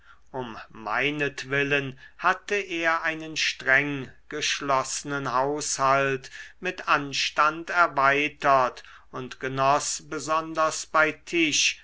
um meinetwillen hatte er einen streng geschlossenen haushalt mit anstand erweitert und genoß besonders bei tisch